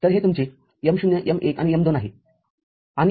तरहे तुमचे M० M१आणि M२ आहे